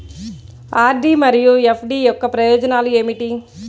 RD మరియు FD యొక్క ప్రయోజనాలు ఏమిటి?